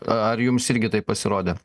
ar jums irgi taip pasirodė